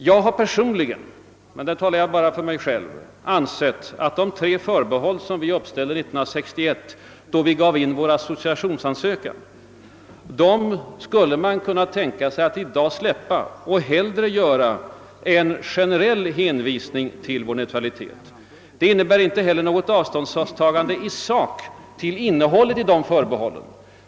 Jag har personligen ansett att vi i dag skulle kunna tänka oss att inte på förhand specificera de tre förbehåll som vi uppställde år 1961, då vi ingav vår associationsansökan, utan hellre göra en generell hänvisning till vår neutralitet. Det innebär inte något avståndstagande i sak från innehållet i dessa förbehåll.